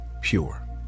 Pure